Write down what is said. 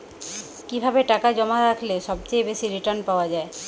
কিভাবে টাকা জমা রাখলে সবচেয়ে বেশি রির্টান পাওয়া য়ায়?